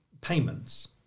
payments